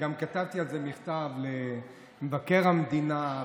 וגם כתבתי על זה מכתב למבקר המדינה,